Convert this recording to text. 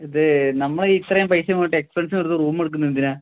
ഇത് നമ്മള് ഇത്രയും പൈസയും കൊടുത്ത് എക്സ്പെൻസും കൊടുത്ത് റൂമെടുക്കുന്നത് എന്തിനാണ്